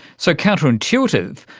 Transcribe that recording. so, counterintuitive,